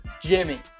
Jimmy